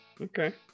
Okay